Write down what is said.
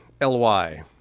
L-Y